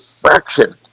fraction